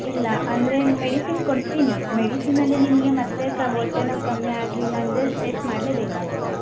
ಇಲ್ಲ ಅಂದರೆ ಮೆಡಿಸಿನ್ ಕೊಡ್ತೀನಿ ಮೆಡಿಸಿನಲ್ಲಿ ನಿಮಗೆ ಮತ್ತೆ ಹೊಟ್ಟೆನೋವು ಕಮ್ಮಿ ಆಗಲಿಲ್ಲ ಅಂದರೆ ಟೆಶ್ಟ್ ಮಾಡಲೇಬೇಕಾಗುತ್ತೆ